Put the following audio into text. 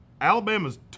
Alabama's